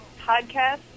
podcast